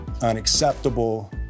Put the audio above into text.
unacceptable